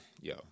Yo